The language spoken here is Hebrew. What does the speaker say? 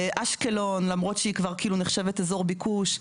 באשקלון למרות שהיא כבר כאילו נחשבת אזור ביקוש,